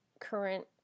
current